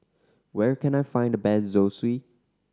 where can I find the best Zosui